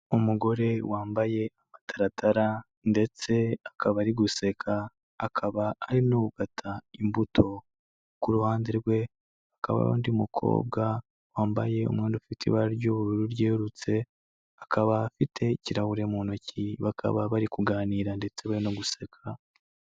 Umugore wambaye amataratara ndetse akaba ari guseka, akaba ari no gukata imbuto, ku ruhande rwe hakaba undi mukobwa wambaye umwenda ufite ibara ry'ubururu ryerurutse, akaba afite ikirahure mu ntoki, bakaba bari kuganira ndetse bari no guseka.